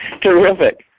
Terrific